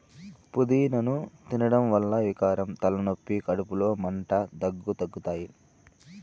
పూదినను తినడం వల్ల వికారం, తలనొప్పి, కడుపులో మంట, దగ్గు తగ్గుతాయి